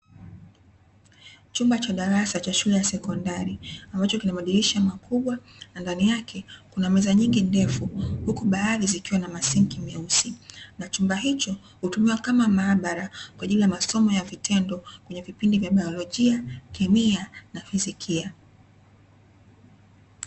Chumba cha darasa cha shule ya sekondari ambacho kina madirisha makubwa na ndani yake kuna meza nyingi ndefu huku baadhi zikiwa na masinki meusi na chumba hicho hutumiwa kama maabara kwa ajili ya masomo ya vitendo kwenye vipindi vya baolojia, kemia na fizikia.